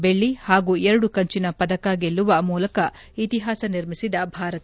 ಬೆಳ್ಳ ಹಾಗೂ ಎರಡು ಕಂಚಿನ ಪದಕ ಗೆಲ್ಲುವ ಮೂಲಕ ಇತಿಹಾಸ ನಿರ್ಮಿಸಿದ ಭಾರತ